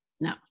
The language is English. no